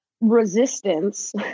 resistance